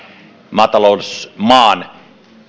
maatalousmaan